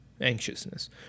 anxiousness